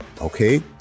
okay